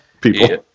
people